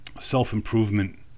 self-improvement